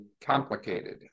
complicated